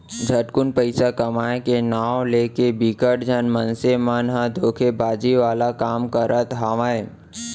झटकुन पइसा कमाए के नांव लेके बिकट झन मनसे मन ह धोखेबाजी वाला काम करत हावय